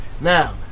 Now